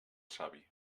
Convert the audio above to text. savi